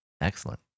Excellent